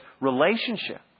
relationship